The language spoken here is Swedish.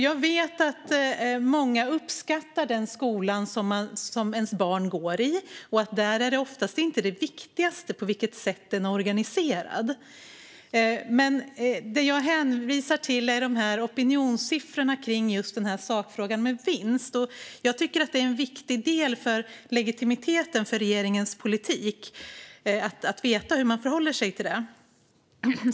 Jag vet att många uppskattar den skola som deras barn går i och att det oftast inte är det viktigaste på vilket sätt den är organiserad, men det jag hänvisar till är opinionssiffrorna kring sakfrågan vinst. Jag tycker att det är en viktig del i legitimiteten för regeringens politik att veta hur man förhåller sig till det.